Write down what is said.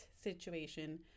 situation